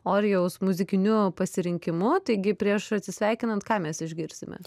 orijaus muzikiniu pasirinkimu taigi prieš atsisveikinant ką mes išgirsime